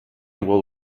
will